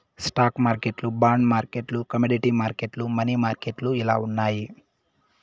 stock మార్కెట్లు bond మార్కెట్లు commodity మార్కెట్లు, మనీ మార్కెట్లు ఇలా ఉన్నాయి